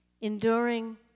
Enduring